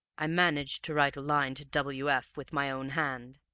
i managed to write a line to w. f. with my own hand,